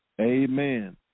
Amen